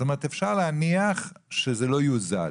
אפשר להניח שזה לא יוזל,